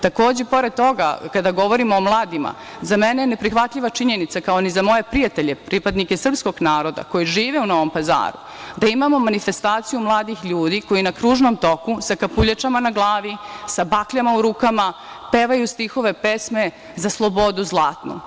Takođe, pored toga kada govorimo o mladima, za mene je neprihvatljiva činjenica, kao ni za moje prijatelje, pripadnike srpskog naroda koji žive u Novom Pazaru, da imamo manifestaciju mladih ljudi koji na kružnom toku sa kapuljačama na glavi, sa bakljama u rukama pevaju stihove pesme - za slobodu zlatnu.